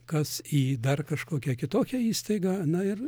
kas į dar kažkokią kitokią įstaigą na ir